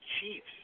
chiefs